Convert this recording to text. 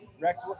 Rex